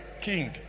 king